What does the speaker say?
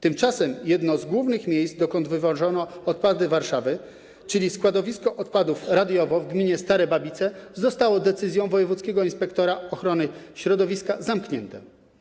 Tymczasem jedno z głównych miejsc, dokąd wywożono odpady Warszawy, czyli składowisko odpadów Radiowo w gminie Stare Babice, zostało decyzją wojewódzkiego inspektora ochrony środowiska zamknięte.